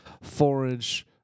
four-inch